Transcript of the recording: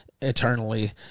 eternally